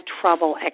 trouble